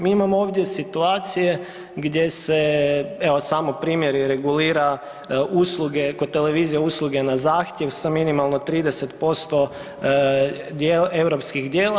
Mi imamo ovdje situacije gdje se evo samo primjer je regulira usluge kod televizije usluge na zahtjev sa minimalno 30% europskih djela.